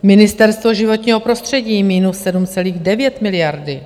Ministerstvo životního prostředí minus 7,9 miliardy;